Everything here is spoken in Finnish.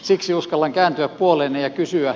siksi uskallan kääntyä puoleenne ja kysyä